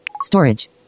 Storage